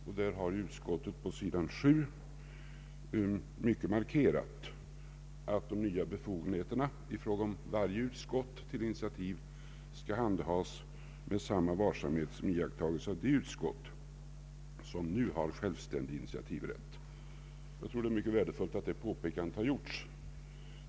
Där har konstitutionsutskottet på sidan 7 i utlåtandet markerat att de nya befogenheterna i fråga om varje utskott skall handhas med samma varsamhet som iakttagits av de utskott som nu har självständig initiativrätt. Jag tror att det är mycket värdefullt att det påpekandet har gjorts.